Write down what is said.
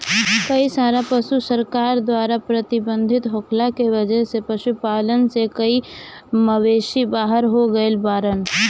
कई सारा पशु सरकार द्वारा प्रतिबंधित होखला के वजह से पशुपालन से कई मवेषी बाहर हो गइल बाड़न